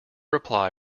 reply